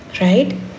right